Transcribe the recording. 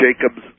Jacob's